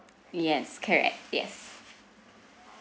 yes correct yes